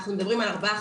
אנחנו מדברים על ארבעה,